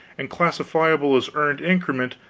and classifiable as earned increment,